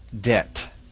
debt